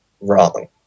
wrong